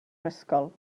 ysgol